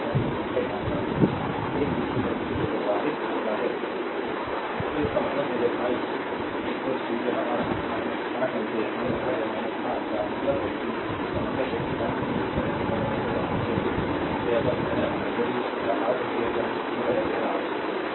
अगर यह है 8 का मतलब है कि इसका मतलब है कि करंट में इस तरह से प्रवाहित हो रहा है जैसे यह बह रहा है यदि यह 8 एम्पीयर करंट की तरह बह रहा है